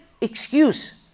excuse